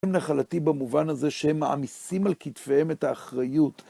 הם נחלתי במובן הזה שהם מעמיסים על כתפיהם את האחריות.